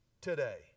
today